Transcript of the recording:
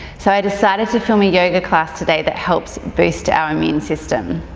so i decided to film a yoga class today that helps boost our immune system.